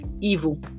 evil